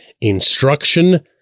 instruction